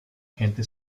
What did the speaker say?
gente